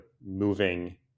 moving